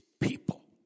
people